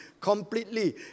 completely